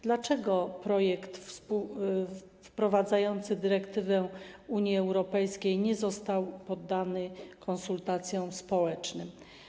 Dlaczego projekt wprowadzający dyrektywę Unii Europejskiej nie został poddany konsultacjom społecznym?